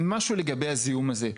משהו לגבי הזיהום הזה.